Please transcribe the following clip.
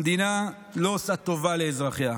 המדינה לא עושה טובה לאזרחיה.